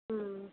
ம் ம்